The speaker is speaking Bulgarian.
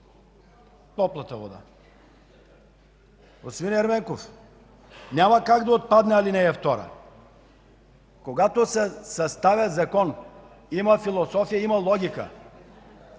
топлата вода. Господин Ерменков, няма как да отпадне ал. 2 – когато се съставя закон, има философия, има логика.